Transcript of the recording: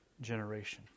generation